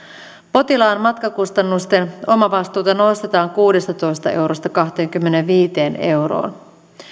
potilaan matkakustannusten omavastuuta nostetaan kuudestatoista eurosta kahteenkymmeneenviiteen euroon